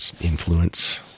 Influence